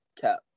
Cap